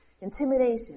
Intimidation